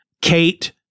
Kate